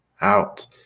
out